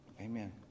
Amen